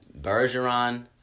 Bergeron